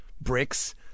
bricks